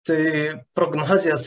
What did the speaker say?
tai prognozės